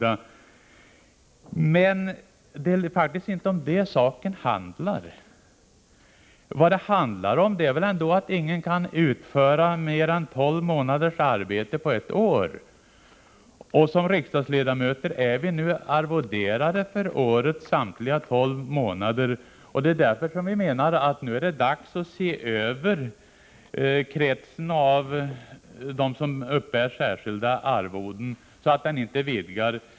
Men det är faktiskt inte om det debatten handlar, utan om att ingen kan utföra mer än tolv månaders arbete på ett år. Som riksdagsledamöter är vi nu arvoderade för årets samtliga tolv månader. Det är därför som vi menar att det är dags att se över kretsen av dem som uppbär särskilda arvoden, så att inte den vidgas.